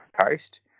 Coast